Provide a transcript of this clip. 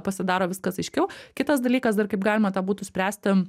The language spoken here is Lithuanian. pasidaro viskas aiškiau kitas dalykas dar kaip galima tą būtų spręsti